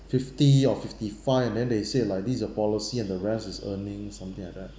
fifty or fifty five and then they said like this is your policy and the rest is earning something like that